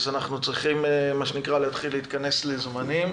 אז אנחנו צריכים להתחיל להתכנס לזמנים.